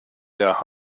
der